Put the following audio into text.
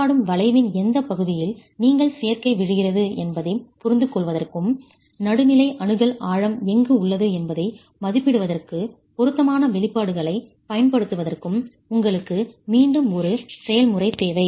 ஊடாடும் வளைவின் எந்தப் பகுதியில் நீங்கள் சேர்க்கை விழுகிறது என்பதைப் புரிந்துகொள்வதற்கும் நடுநிலை அணுகல் ஆழம் எங்கு உள்ளது என்பதை மதிப்பிடுவதற்கு பொருத்தமான வெளிப்பாடுகளைப் பயன்படுத்துவதற்கும் உங்களுக்கு மீண்டும் ஒரு செயல்முறை தேவை